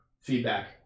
feedback